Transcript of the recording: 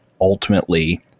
ultimately